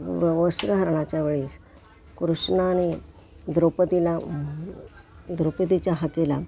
वस्त्रहरणाच्या वेळीस कृष्णाने द्रौपदीला द्रौपदीच्या हाकेला